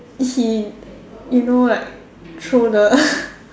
he you know like throw the